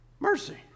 Mercy